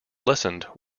lessened